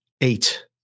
Eight